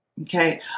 Okay